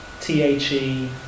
T-H-E